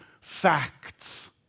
facts